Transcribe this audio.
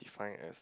strength is